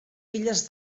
filles